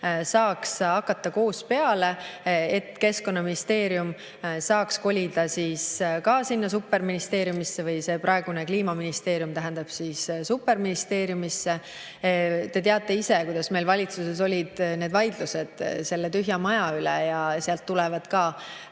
saaks hakata koos peale, et Keskkonnaministeerium saaks kolida ka superministeeriumisse või see kliimaministeerium, tähendab, superministeeriumisse. Te teate ise, kuidas meil valitsuses olid need vaidlused selle tühja maja üle. Sealt tulevad ka